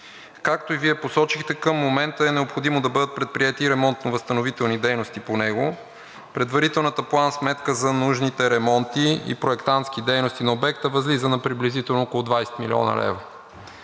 Както и Вие посочихте, към момента е необходимо да бъдат предприети ремонтно-възстановителни дейности по него, предварителната план-сметка за нужните ремонти и проектантски дейности на обекта възлиза на приблизително около 20 млн. лв.